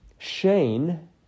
Shane